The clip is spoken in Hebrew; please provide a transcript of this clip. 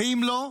ואם לא,